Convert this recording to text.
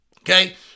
Okay